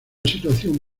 situación